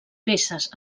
peces